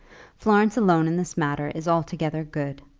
florence alone in this matter is altogether good.